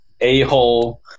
a-hole